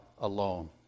alone